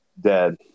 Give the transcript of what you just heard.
dead